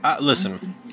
listen